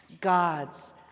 God's